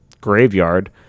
graveyard